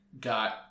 got